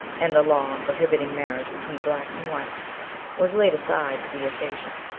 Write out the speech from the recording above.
and the law prohibiting marriage between blacks and whites was laid aside for the occasion.